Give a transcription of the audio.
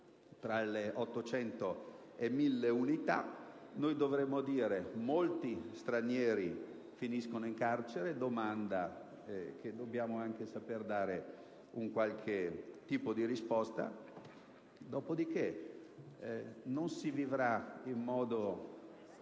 dalle 800 alle 1.000 unità. Dovremmo dire che molti stranieri finiscono in carcere, domanda alla quale dobbiamo anche saper dare un qualche tipo di risposta. Non si vivrà in modo